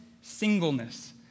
singleness